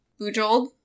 Bujold